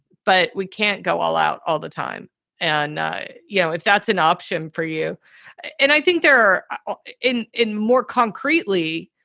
but we can't go all out all the time and. you know, if that's an option for you and i think they're in in more concretely,